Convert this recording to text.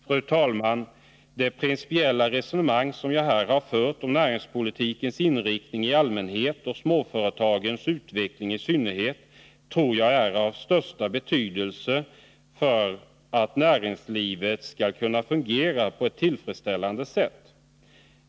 Fru talman! Det principiella resonemang som jag här har fört om näringspolitikens inriktning i allmänhet och småföretagens utveckling i synnerhet tror jag är av största betydelse för att näringslivet skall kunna fungera på ett tillfredsställande sätt.